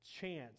chance